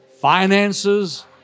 finances